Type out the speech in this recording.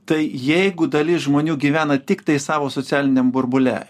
tai jeigu dalis žmonių gyvena tiktai savo socialiniam burbule